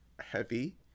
heavy